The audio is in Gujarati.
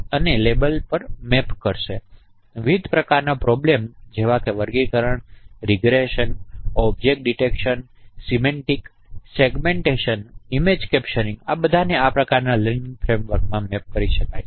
અને વિવિધ પ્રકારની પ્રોબ્લેમ જેવા કે વર્ગીકરણ અને regression object detection semantic segmentation image captioning આ બધાને આ પ્રકારની લર્નિંગ ફ્રેમવર્કમાં મેપ કરી શકાય છે